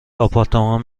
آپارتمان